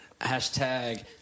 hashtag